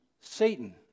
Satan